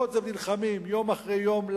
ולמרות זאת הם נלחמים יום אחר יום,